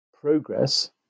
progress